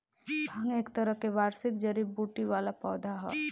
भांग एक तरह के वार्षिक जड़ी बूटी वाला पौधा ह